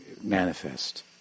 manifest